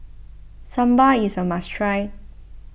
Sambar is a must try